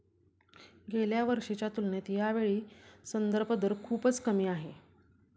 गेल्या वर्षीच्या तुलनेत यावेळी संदर्भ दर खूपच कमी आहे